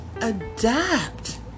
Adapt